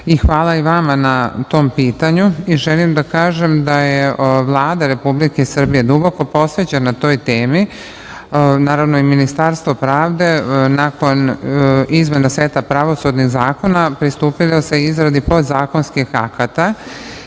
hvala i vama na tom pitanju. Želim da kažem da je Vlada Republike Srbije duboko posvećena toj temi, naravno, i Ministarstvo pravde nakon izmena seta pravosudnih zakona, pristupilo se izradi podzakonskih akata